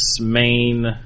main